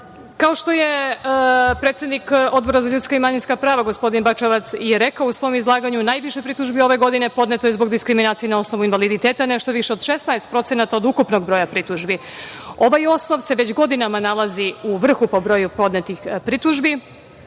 itd. Kao što je predsednika Odbora za ljudska i manjinska prava, gospodin Bačevac i rekao u svom izlaganju, najviše pritužbi ove godine podneto je zbog diskriminacije na osnovu invaliditeta, nešto više od 16% od ukupnog broja pritužbi. Ovaj osnov se već godinama nalazi u vrhu po broju podnetih pritužbi